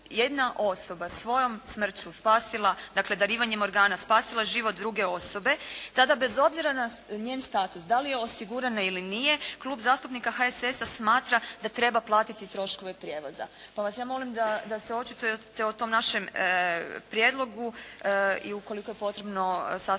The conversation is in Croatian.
jedna osoba svojom smrću spasila dakle darivanjem organa spasila život druge osobe, tada bez obzira na njen status da li je osigurana ili nije, Klub zastupnika HSS smatra da treba platiti troškove prijevoza pa vas ja molim da se očitujete o tom našem prijedlogu i ukoliko je potrebno sastaviti